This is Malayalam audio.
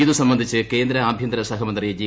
ഇതു സംബന്ധിച്ച് കേന്ദ്ര ആഭ്യന്തര സഹമന്ത്രി ജി